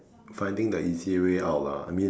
finding the easy way out lah I mean